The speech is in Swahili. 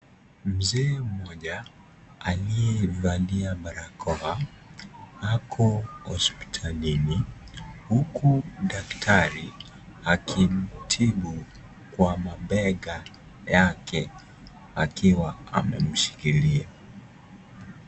Mzee mmoja aliyevalia barakoa ako hospitalini uku daktari akimtibu Kwa mapega yake akiwa ameshikilia.